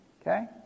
Okay